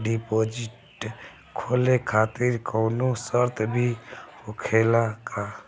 Deposit खोले खातिर कौनो शर्त भी होखेला का?